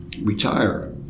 retire